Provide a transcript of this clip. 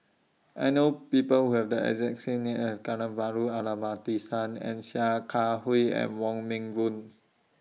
I know People Who Have The exact same name as and Sia Kah Hui and Wong Meng Voon